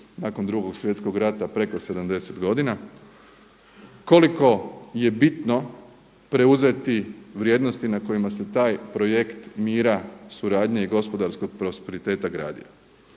nakon 2. svjetskog rata preko 70 godina. Koliko je bitno preuzeti vrijednosti na kojima se taj projekt mira, suradnje i gospodarskog prosperiteta gradio.